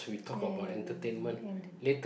and